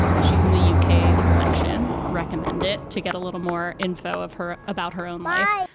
she's in the u k. section recommend it to get a little more info of her about her own life.